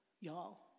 y'all